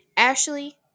Ashley